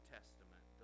Testament